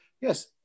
yes